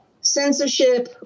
censorship